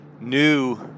new